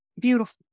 beautiful